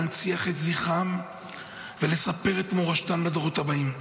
להנציח את זכרם ולספר את מורשתם לדורות הבאים.